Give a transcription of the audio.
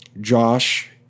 Josh